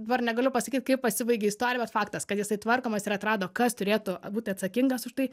dabar negaliu pasakyt kaip pasibaigė istorija bet faktas kad jisai tvarkomas ir atrado kas turėtų būt atsakingas už tai